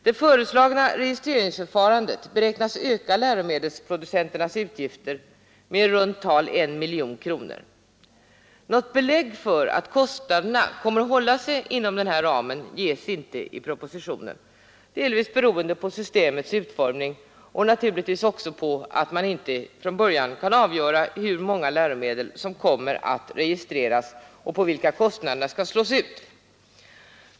Det föreslagna registreringsförfarandet beräknas öka läromedelsprodu - centernas utgifter med i runt tal I miljon kronor. Något belägg för att kostnaderna kommer att hålla sig inom denna ram ges inte i propositionen, delvis beroende på systemets utformning och naturligtvis också på att man inte från början kan avgöra hur många läromedel som kommer att registreras och på vilka kostnaderna skall slås ut.